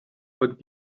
but